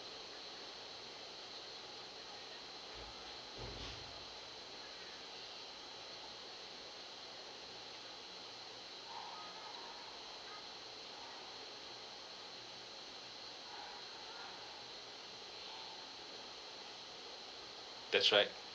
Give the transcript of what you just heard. that's right